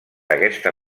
aquesta